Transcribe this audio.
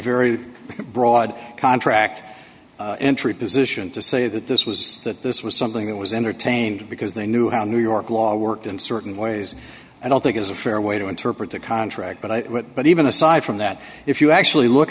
very broad contract entry position to say that this was that this was something that was entertained because they knew how new york law worked in certain ways and i think is a fair way to interpret the contract but i but even aside from that if you actually look